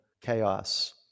chaos